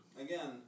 again